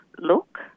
look